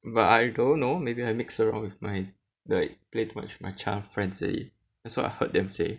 but I don't know maybe I mix around with my like play too much my chance friend already that's what I heard them say